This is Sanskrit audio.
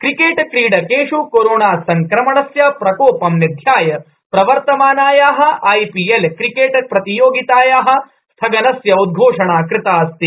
क्रिकेट् क्रीडकेष् कोरोनासंक्रमणस्य प्रकोपं निध्याय प्रवर्तमानाया आईपीएल क्रिकेट प्रतियोगिताया स्थगनस्य उद्घोषणा कृतास्ति